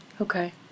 Okay